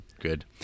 good